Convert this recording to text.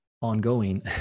ongoing